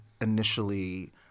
initially